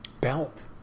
belt